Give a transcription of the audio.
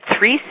three